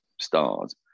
stars